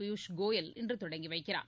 பியூஷ்கோயல் இன்று தொடங்கி வைக்கிறார்